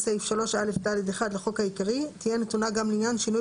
סעיף 3א(ד1) לחוק העיקרי תהיה נתונה גם לעניין שינוי